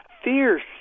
fierce